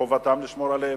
ומחובתם לשמור עליהם,